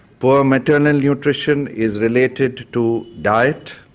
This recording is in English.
poor maternal nutrition is related to diet,